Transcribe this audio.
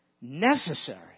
necessary